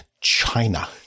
China